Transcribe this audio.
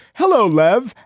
hello, love.